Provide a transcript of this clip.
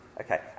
Okay